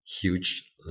huge